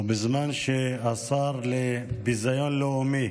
ובזמן שהשר לביזיון לאומי